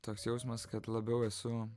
toks jausmas kad labiau esu